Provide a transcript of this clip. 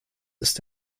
ist